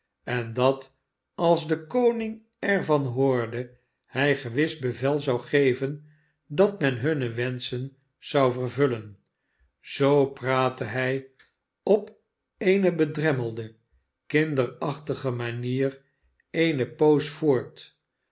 en dat als de koning er van hoorde hij gewis bevel zou geven dat men hunne wenschen zou vervullen zoo praatte hij op eene bedremmelde kinderachtige manier eene poos voort